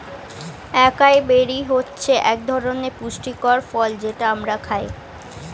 একাই বেরি হচ্ছে একধরনের পুষ্টিকর ফল যেটা আমরা খাই